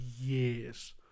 years